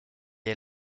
est